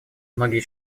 многие